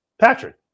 Patrick